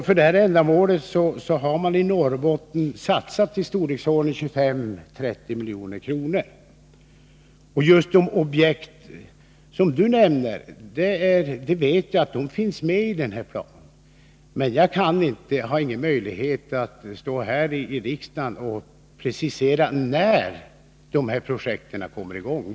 För det ändamålet har man i Norrbotten satsat 25-30 milj.kr. Just de objekt som Paul Lestander nämner vet jag finns med i denna plan. Men jag har ingen möjlighet att stå här i riksdagen och precisera när dessa projekt kommer i gång.